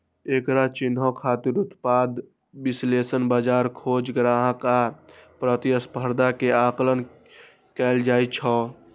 एकरा चिन्है खातिर उत्पाद विश्लेषण, बाजार खोज, ग्राहक आ प्रतिस्पर्धा के आकलन कैल जाइ छै